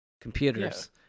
computers